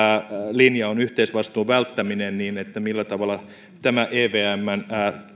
linja on yhteisvastuun välttäminen niin millä tavalla tämä evmn